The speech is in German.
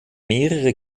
mehrere